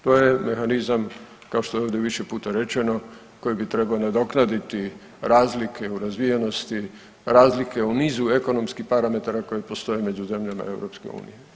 To je mehanizam, kao što je ovdje više puta rečeno, koji bi trebao nadoknaditi razlike u razvijenosti, razlike u nizu parametara koje postoje među zemljama EU.